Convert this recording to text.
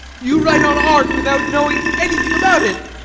you write on art without knowing anything about it.